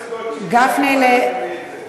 חבר הכנסת משה גפני, בבקשה.